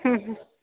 हं हं